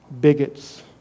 bigots